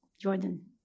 Jordan